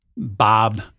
Bob